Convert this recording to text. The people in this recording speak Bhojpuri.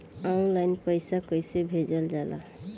ऑनलाइन पैसा कैसे भेजल जाला?